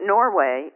Norway